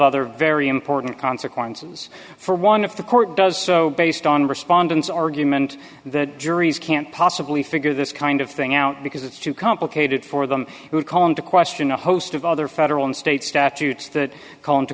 other very important consequences for one if the court does so based on respondents argument that juries can't possibly figure this kind of thing out because it's too complicated for them it would call into question a host of other federal and state statutes that call